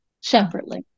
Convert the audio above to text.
separately